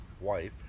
wife